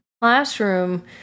classroom